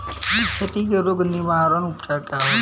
खेती के रोग निवारण उपचार का होला?